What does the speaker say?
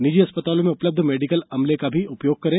निजी अस्पतालों में उपलब्ध मेडिकल अमले का भी उपयोग करें